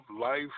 life